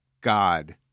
God